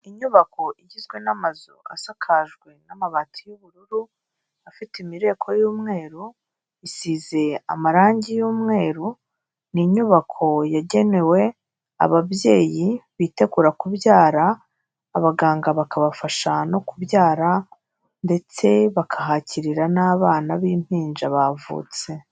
Inyubako igizwe n'amazu asakajwe n'amabati y'ubururu afite imireko y'umweru isize amarangi y'umweru, ni inyubako yagenewe ababyeyi bitegura kubyara, abaganga bakabafasha no kubyara ndetse bakahakirira n'abana b'impinja bavutse.